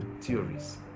theories